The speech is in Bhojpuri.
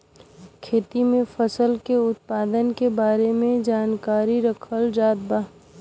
खेती में फसल के उत्पादन के बारे में जानकरी रखल जात बा